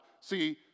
See